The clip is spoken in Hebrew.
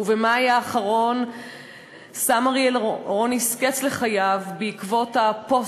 ובמאי האחרון שם אריאל רוניס קץ לחייו בעקבות הפוסט,